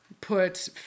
put